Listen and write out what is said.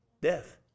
Death